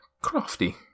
crafty